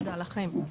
תודה לכם.